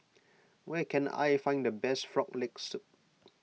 where can I find the best Frog Leg Soup